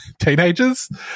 teenagers